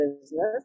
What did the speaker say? business